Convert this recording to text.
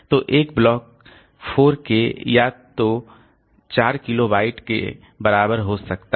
तो एक block 4 k या तो 4 किलो डेटा के बाइट के बराबर हो सकता है